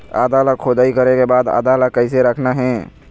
आदा ला खोदाई करे के बाद आदा ला कैसे रखना हे?